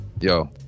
Yo